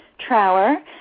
Trower